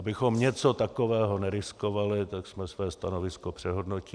Abychom něco takového neriskovali, tak jsme své stanovisko přehodnotili.